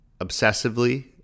obsessively